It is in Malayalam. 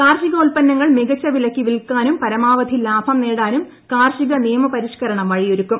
കാർഷികോത്പന്നങ്ങൾ മികച്ച വിലയ്ക്ക് വില്ക്കാനും പരമാവധി ലാഭം നേടാനും കാർഷിക നിയമപരിഷ്ക്കരണം വഴിയൊരുക്കും